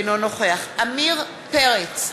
אינו נוכח עמיר פרץ,